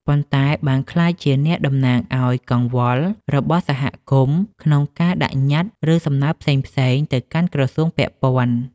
ប៉ុន្តែបានក្លាយជាអ្នកតំណាងឱ្យកង្វល់របស់សហគមន៍ក្នុងការដាក់ញត្តិ ឬសំណើផ្សេងៗទៅកាន់ក្រសួងពាក់ព័ន្ធ។